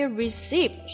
receive